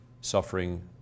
suffering